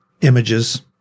images